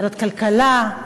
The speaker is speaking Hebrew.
ועדת הכלכלה,